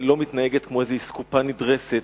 לא מתנהגת כמו איזו אסקופה נדרסת,